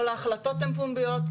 כל ההחלטות הן פומביות.